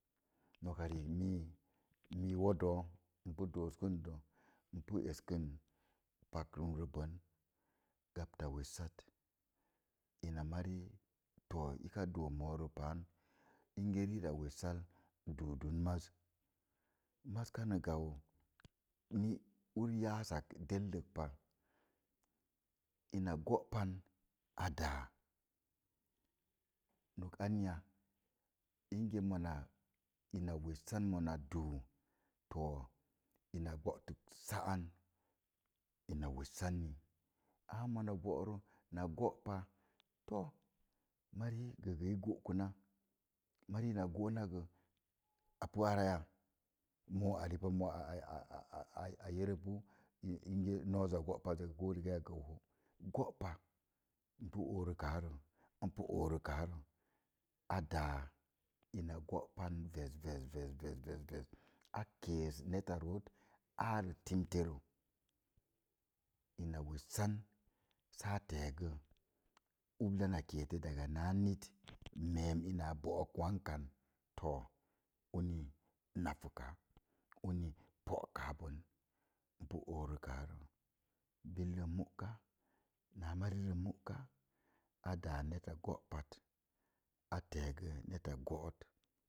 Mii mi odoo n pi do'səkə də n pu eskə panumdə bən gbata wessat ina mori too ika doo morə paan ingə rina wessal du dun maz maz kana gau nur yas ak delle pak ina gó pan a daa nok anya ingə mona ina wessan mona doo too ina gbətik sáan ina wessan ni amma mona borə na gó pa to mari sə gə i gó kə na, mari ina gó na gə a pi araya. moo ori pa moo aaa verə nozza wóos sez gó pa ya ko rigaya gə ōo gǒ pa ya ko rigaya rə oorə ka rə. A dáá ina gǒ pan ves ves ves ves a kəs netta noot aro timtə trə ina wessan saa teegə libla na ketə daza na net to meem ina a bōōk wankan too lini nafukaa uni pòka po ipi oorəkaa rə bille muaka na mari rə muka elaa netta gô pat a tegə net gôôt.